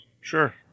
Sure